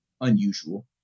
unusual